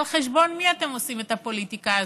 על חשבון מי אתם עושים את הפוליטיקה הזאת?